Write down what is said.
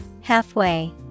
Halfway